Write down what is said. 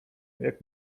jak